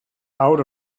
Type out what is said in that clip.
out